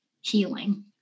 healing